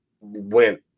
went